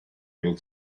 able